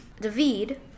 David